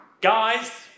Guys